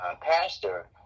pastor